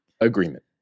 agreement